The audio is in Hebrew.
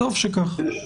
וטוב שכך.